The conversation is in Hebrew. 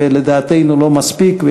זה לדעתנו לא מספיק,